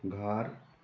घर